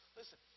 listen